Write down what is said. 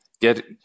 get